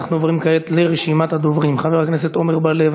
אנחנו עוברים כעת לרשימת הדוברים: חבר הכנסת עמר בר-לב,